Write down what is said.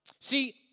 See